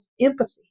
empathy